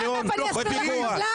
תכף אני אסביר לך גם למה.